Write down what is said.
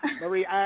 Marie